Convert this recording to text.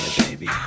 baby